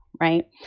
right